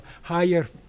higher